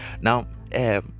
now